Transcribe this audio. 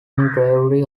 bravery